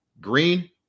Green